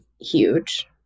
huge